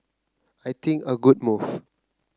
I think a good move